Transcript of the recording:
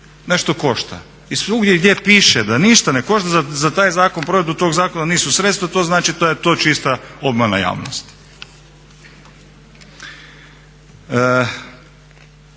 nešto košta i svugdje gdje piše da ništa ne košta za taj zakon, provedbu tog zakona nisu sredstva, to znači da je to čista obmana javnosti.